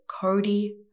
Cody